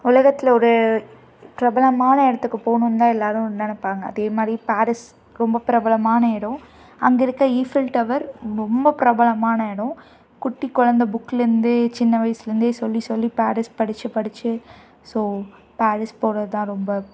உலகத்தில் ஒரு பிரபலமான இடத்துக்கு போகணுன்னு தான் எல்லோரும் நெனைப்பாங்க அதே மாதிரி பேரிஸ் ரொம்ப பிரபலமான எடம் அங்கே இருக்க ஈஃபிள் டவர் ரொம்ப பிரபலமான எடம் குட்டி கொழந்தை புக்குலேருந்து சின்ன வயசில் இருந்தே சொல்லி சொல்லி பேரிஸ் படித்து படித்து ஸோ பேரிஸ் போகிறது தான் ரொம்ப